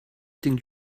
think